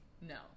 No